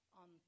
on